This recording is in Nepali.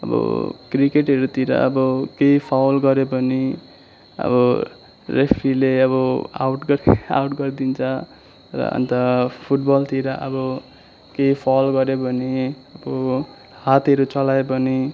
अब क्रिकेटहरूतिर अब केही फाउल गर्यो भने अब रेफरीले अब आउट गर आउट गरिदिन्छ र अन्त फुटबलतिर अब केही फाउल गर्यो भने अब हातहरू चलायो भने